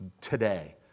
today